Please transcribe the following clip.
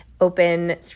open